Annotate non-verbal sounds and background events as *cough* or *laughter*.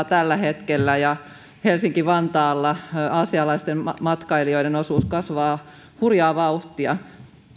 *unintelligible* tällä hetkellä ja helsinki vantaalla aasialaisten matkailijoiden osuus kasvaa hurjaa vauhtia